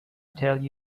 tell